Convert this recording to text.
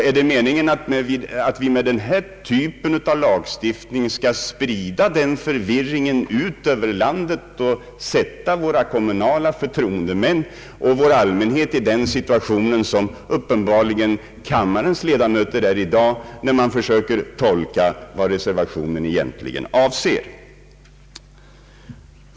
är det meningen att vi med denna typ av lagstiftning skall sprida den förvirringen ut över landet och sätta våra kommunala förtroendemän och allmänheten i den situation som kammarens ledamöter uppenbarligen befinner sig i i dag när de försöker tolka vad reservationen egentligen avser?